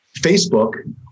Facebook